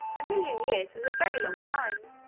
a million years is a very long time,